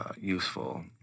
useful